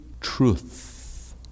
truth